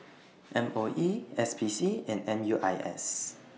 M O E S P C and M U I S